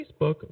Facebook